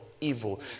evil